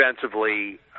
defensively